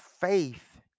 Faith